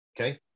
okay